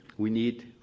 we need